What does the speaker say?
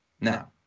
Now